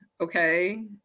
Okay